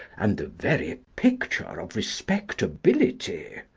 and the very picture of respectability.